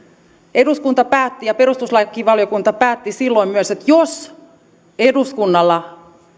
eduskunta päätti ja perustuslakivaliokunta päätti silloin myös että jos eduskunnalla